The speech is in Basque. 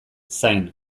zain